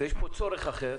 ויש כאן צורך אחר